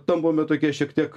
tampame tokie šiek tiek